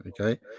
okay